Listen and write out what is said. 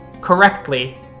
correctly